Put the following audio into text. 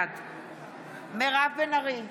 בעד מירב בן ארי,